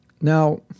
Now